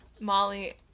Molly